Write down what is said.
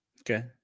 Okay